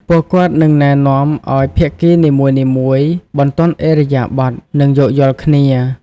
ពួកគាត់នឹងណែនាំឲ្យភាគីនីមួយៗបន្ទន់ឥរិយាបថ និងយោគយល់គ្នា។